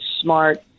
smart